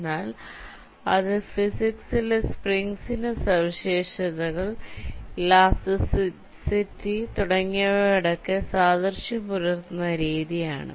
എന്നാൽ അത് ഫിസിക്സിലെ സ്പ്രിങ്സിന്റെ സവിശേഷതകൾ ഇലാസ്റ്റിസിറ്റി തുടങ്ങിയവയോടൊക്കെ സാദൃശ്യം പുലർത്തുന്ന രീതി ആണ്